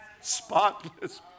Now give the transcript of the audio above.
spotless